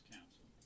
Council